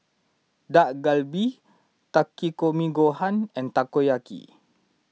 Dak Galbi Takikomi Gohan and Takoyaki